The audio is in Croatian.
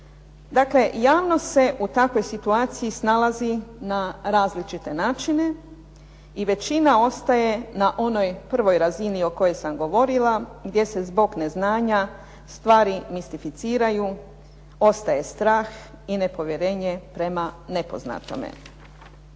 Dakle, javnost se u takvoj situaciji snalazi na različite načine i većina ostaje na onoj prvoj razini o kojoj sam govorila gdje se zbog neznanja stvari mistificiraju, ostaje strah i nepovjerenje prema nepoznatome.